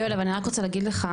יואל אבל אני רק רוצה להגיד לך,